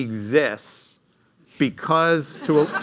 exists because